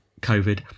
COVID